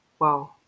Wow